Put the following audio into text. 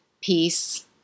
peace